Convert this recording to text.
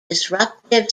disruptive